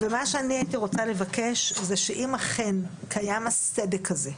ומה שאני רוצה לבקש, שאם אכן קיים הסדק הזה,